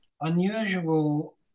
unusual